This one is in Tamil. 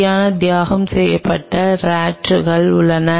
சரியாக தியாகம் செய்யப்படும் ராட் கள் உள்ளன